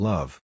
Love